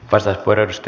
arvoisa puhemies